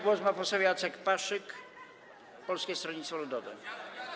Głos ma poseł Jacek Paszyk, Polskie Stronnictwo Ludowe.